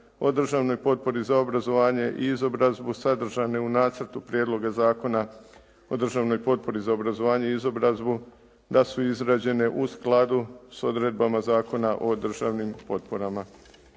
o državnoj potpori za obrazovanje i izobrazbu sadržane u nacrtu Prijedloga zakona o državnoj potpori za obrazovanje i izobrazbu da su izrađene u skladu s odredbama Zakona o državnim potporama.